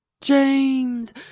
James